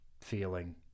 feeling